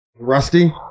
Rusty